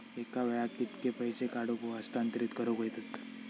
एका वेळाक कित्के पैसे काढूक व हस्तांतरित करूक येतत?